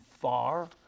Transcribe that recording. far